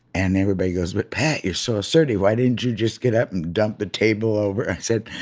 and everybody goes, but, pat, you're so assertive. why didn't you just get up and dump the table over? i said,